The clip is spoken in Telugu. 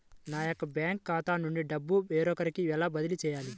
నా యొక్క బ్యాంకు ఖాతా నుండి డబ్బు వేరొకరికి ఎలా బదిలీ చేయాలి?